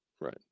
Right